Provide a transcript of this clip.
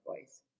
voice